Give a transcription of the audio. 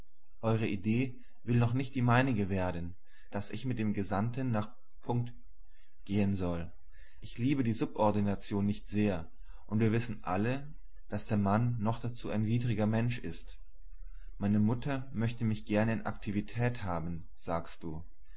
eure idee will noch nicht die meinige werden daß ich mit dem gesandten nach gehen soll ich liebe die subordination nicht sehr und wir wissen alle daß der mann noch dazu ein widriger mensch ist meine mutter möchte mich gern in aktivität haben sagst du